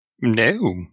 No